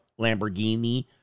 Lamborghini